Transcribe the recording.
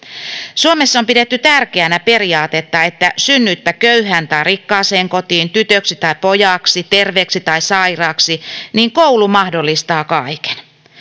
suomessa on pidetty tärkeänä periaatetta että synnyitpä köyhään tai rikkaaseen kotiin tytöksi tai pojaksi terveeksi tai sairaaksi niin koulu mahdollistaa kaiken